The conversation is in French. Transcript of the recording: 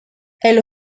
elle